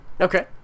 Okay